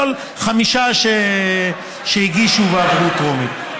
חמישה שהגישו ועברו טרומית.